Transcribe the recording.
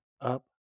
up